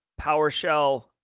PowerShell